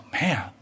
man